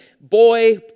boy